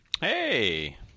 Hey